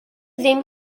ddim